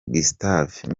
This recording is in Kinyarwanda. gustave